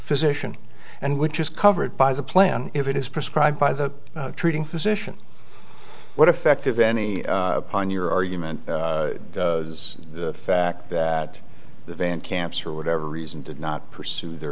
physician and which is covered by the plan if it is prescribed by the treating physician what effect of any upon your argument is the fact that the event camps for whatever reason did not pursue their